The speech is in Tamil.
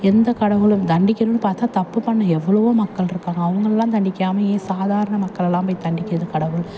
எந்தக் கடவுளும் தண்டிக்கணும்ன்னு பார்த்தா தப்பு பண்ண எவ்வளோவோ மக்கள் இருக்காங்க அவங்கள்லாம் தண்டிக்காமல் ஏன் சாதாரண மக்களல்லாம் போய் தண்டிக்குது கடவுள்